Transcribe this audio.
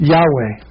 Yahweh